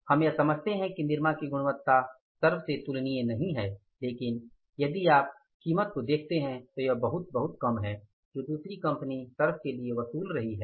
हम यह समझते हैं कि निरमा की गुणवत्ता सर्फ से तुलनीय नहीं है लेकिन यदि आप कीमत को देखते है तो यह बहुत बहुत कम है जो दूसरी कंपनी सर्फ के लिए वसूल रही है